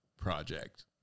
project